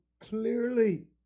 clearly